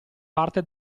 parte